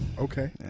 Okay